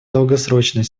долгосрочной